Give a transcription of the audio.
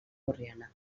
borriana